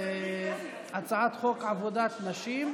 הצעת חוק עבודת נשים,